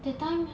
that time